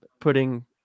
putting